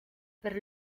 per